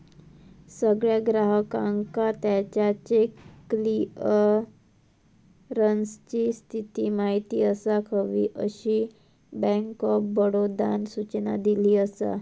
सगळ्या ग्राहकांका त्याच्या चेक क्लीअरन्सची स्थिती माहिती असाक हवी, अशी बँक ऑफ बडोदानं सूचना दिली असा